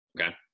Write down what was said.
okay